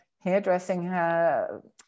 hairdressing